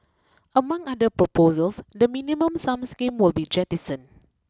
among other proposals the Minimum Sum scheme will be jettisoned